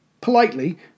politely